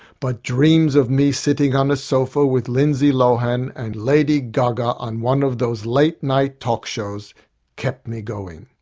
but dreams of me sitting on a sofa with lindsay lohan and lady gaga on one of those late-night talk shows kept me going.